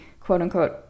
quote-unquote